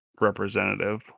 representative